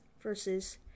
versus